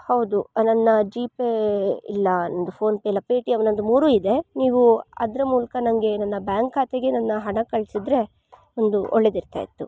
ಹೌದು ನನ್ನ ಜಿಪೇ ಇಲ್ಲ ನನ್ನದು ಫೋನ್ಪೇಯಿಲ್ಲ ಪೇಟಿಯಮ್ ನನ್ನದು ಮೂರೂ ಇದೆ ನೀವು ಅದರ ಮೂಲಕ ನನಗೆ ನನ್ನ ಬ್ಯಾಂಕ್ ಖಾತೆಗೆ ನನ್ನ ಹಣ ಕಳಿಸಿದ್ರೆ ಒಂದು ಒಳ್ಳೆದಿರ್ತಾ ಇತ್ತು